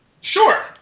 Sure